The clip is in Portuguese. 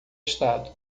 estado